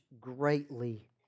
greatly